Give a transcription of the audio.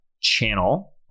channel